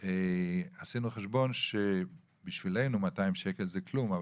עשינו חשבון שבשבילנו 200 שקל זה כלום אבל